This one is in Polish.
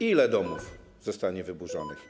Ile domów zostanie wyburzonych?